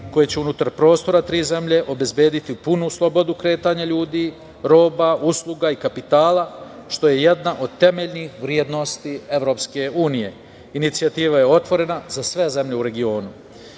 koje će unutar prostora tri zemlje obezbediti punu slobodu kretanja ljudi, roba, usluga i kapitala, što je jedna od temeljnih vrednosti EU. Inicijativa je otvorena za sve zemlje u regionu. Potrebno